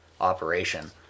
operation